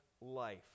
life